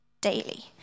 daily